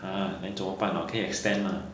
ha then 怎么办 oh 可以 extend mah